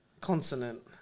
Consonant